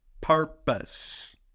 purpose